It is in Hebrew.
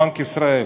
בנק ישראל.